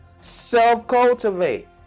self-cultivate